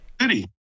City